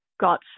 got